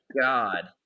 God